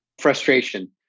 Frustration